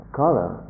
color